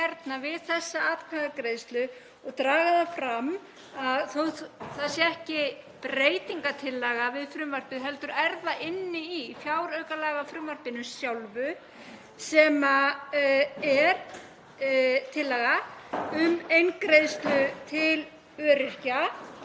við þessa atkvæðagreiðslu og draga fram, þó að það sé ekki breytingartillaga við frumvarpið heldur inni í fjáraukalagafrumvarpinu sjálfu, að þar er tillaga um eingreiðslu til öryrkja